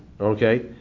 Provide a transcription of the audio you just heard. Okay